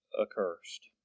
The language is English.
accursed